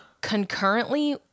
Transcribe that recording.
concurrently